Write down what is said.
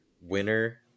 winner